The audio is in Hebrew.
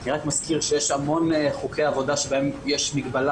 אני רק מזכיר שיש המון חוקי עבודה שבהם יש מגבלה